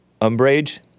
Umbrage